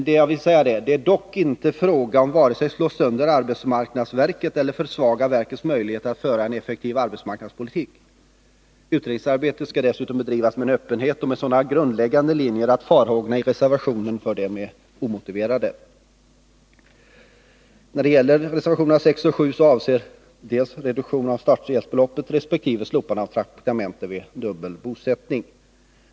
Det är dock inte fråga om att vare sig slå sönder arbetsmarknadsverket eller försvaga dess möjligheter att föra en effektiv arbetsmarknadspolitik. Utredningsarbetet skall dessutom bedrivas med öppenhet och med sådana grundläggande linjer att farhågorna i reservationen är omotiverade. Reservationerna 6 och 7 avser reduktion av starthjälpsbelopp resp. slopande av traktamente vid dubbelbosättning.